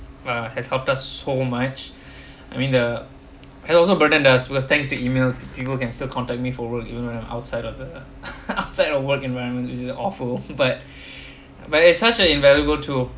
uh has helped us so much I mean the had also burdened us because thanks to email people can still contact me forward you know the outside of the outside of work environment is awful but but it's such an invaluable tool